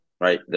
Right